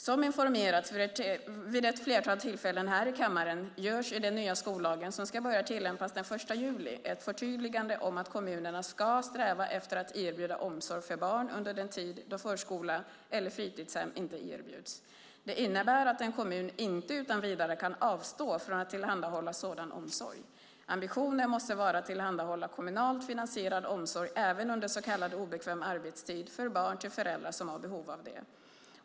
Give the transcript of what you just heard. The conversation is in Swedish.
Som det informerats vid ett flertal tillfällen här i kammaren görs det i den nya skollagen, som ska börja tillämpas den 1 juli, ett förtydligande om att kommunerna ska sträva efter att erbjuda omsorg för barn under den tid då förskola eller fritidshem inte erbjuds. Det innebär att en kommun inte utan vidare kan avstå från att tillhandahålla sådan omsorg. Ambitionen måste vara att tillhandahålla kommunalt finansierad omsorg även under så kallad obekväm arbetstid för barn till föräldrar som har behov av det.